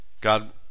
God